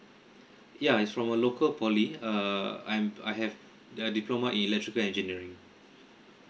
yeah is from a local poly uh I'm I have a diploma in electrical engineering